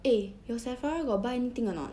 eh your Sephora got buy anything or not